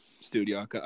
studio